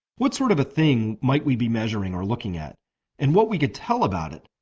what sort of thing might we be measuring or looking at and what we could tell about it?